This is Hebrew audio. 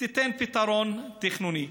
תיתן פתרון תכנוני.